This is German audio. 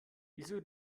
wieso